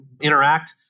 interact